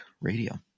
radio